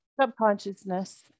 subconsciousness